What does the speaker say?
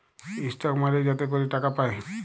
stock মালে যাতে ক্যরে টাকা পায়